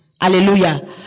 Hallelujah